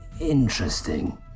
Interesting